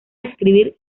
escribir